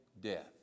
death